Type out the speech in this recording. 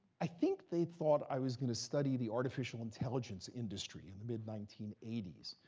i think they thought i was going to study the artificial intelligence industry in the mid nineteen eighty s.